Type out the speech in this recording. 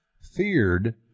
feared